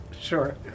Sure